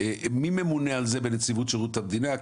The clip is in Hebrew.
אבל אני שואל מי ממונה בנציבות שירות המדינה?